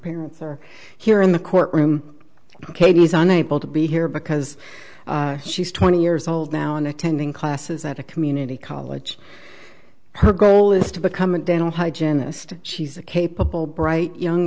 parents are here in the courtroom ok he's unable to be here because she's twenty years old now and attending classes at a community college her goal is to become a dental hygienist she's a capable bright young